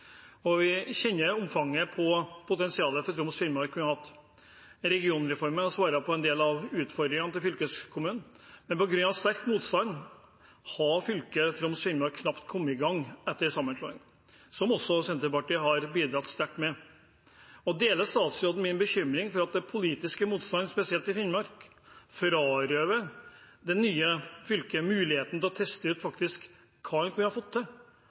Vi kjenner potensialet Troms og Finnmark kunne hatt. Regionreformen har svart på en del av utfordringene til fylkeskommunen. Men på grunn av sterk motstand – hvor også Senterpartiet har bidratt sterkt – har fylket Troms og Finnmark knapt kommet i gang etter sammenslåingen. Deler statsråden min bekymring om at den politiske motstanden, spesielt i Finnmark, frarøver det nye fylket muligheten til faktisk å teste ut hva man kunne fått til